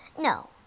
No